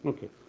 Okay